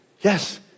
yes